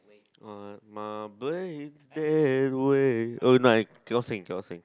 uh my brain's dead weight oh my cannot sing cannot sing